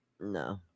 No